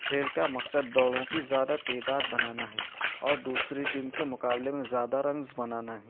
کھیل کا مقصد دوڑوں کی زیادہ تعداد بنانا ہے اور دوسری ٹیم کے مقابلے میں زیادہ رنز بنانا ہیں